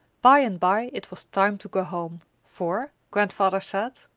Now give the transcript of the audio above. by and by it was time to go home for, grandfather said,